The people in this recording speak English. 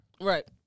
Right